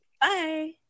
Bye